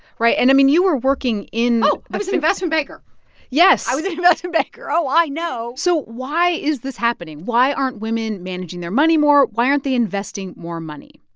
right. and, i mean, you were working in. oh, i was an investment banker yes i was an investment banker. oh, i know so why is this happening? why aren't women managing their money more? why aren't they investing more money?